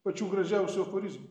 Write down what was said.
pačių gražiausių aforizmų